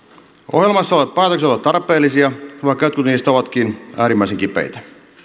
ohjelmassa olevat päätökset ovat tarpeellisia vaikka jotkut niistä ovatkin äärimmäisen kipeitä